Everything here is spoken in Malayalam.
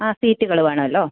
ആ സീറ്റുകൾ വേണമല്ലോ